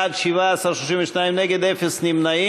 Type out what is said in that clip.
בעד, 17, נגד, 32 ואפס נמנעים.